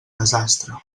desastre